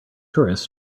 tourists